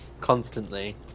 constantly